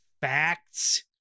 Facts